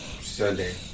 Sunday